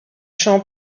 jean